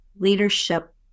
Leadership